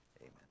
amen